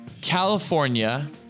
California